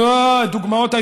לא, דוגמאות.